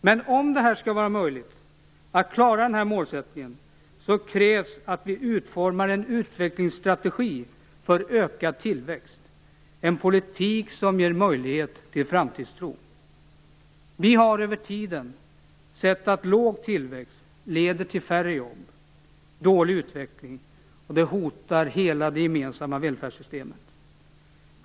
Men om det skall vara möjligt att klara den målsättningen krävs att vi utformar en utvecklingsstrategi för ökad tillväxt, en politik som ger möjlighet till framtidstro. Vi har över tiden sett att låg tillväxt leder till färre jobb och dålig utveckling, och det hotar hela det gemensamma välfärdssystemet.